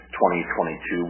2022